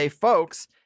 folks